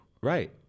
Right